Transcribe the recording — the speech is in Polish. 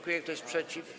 Kto jest przeciw?